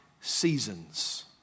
seasons